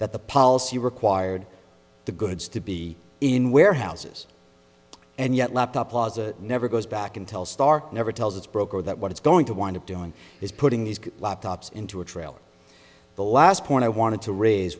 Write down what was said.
that the policy required the goods to be in warehouses and yet locked up laws it never goes back in telstar never tells its broker that what it's going to wind up doing is putting these laptops into a trailer the last point i wanted to raise